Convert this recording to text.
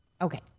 Okay